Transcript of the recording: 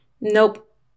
Nope